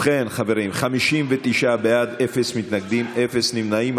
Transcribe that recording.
ובכן חברים, 59 בעד, אפס מתנגדים, אפס נמנעים.